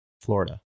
Florida